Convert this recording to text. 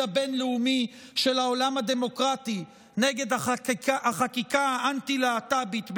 הבין-לאומי של העולם הדמוקרטי נגד החקיקה האנטי-להט"בית בהונגריה.